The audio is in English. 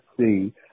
see